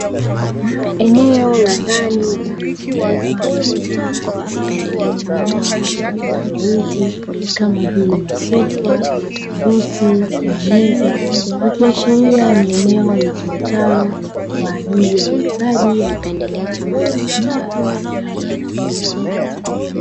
Eneo la ndani lililozungukwa na bidhaa za samani za ndani za aina tofautitofauti kama vile masofa, viti na meza vikiwa, ikiashiria ni eneo linalotumikalo kwa ajili ya huuzaji na ununuaji wa bidhaa za samani.